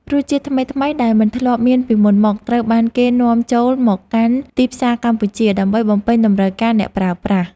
រសជាតិថ្មីៗដែលមិនធ្លាប់មានពីមុនមកត្រូវបានគេនាំចូលមកកាន់ទីផ្សារកម្ពុជាដើម្បីបំពេញតម្រូវការអ្នកប្រើប្រាស់។